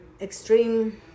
Extreme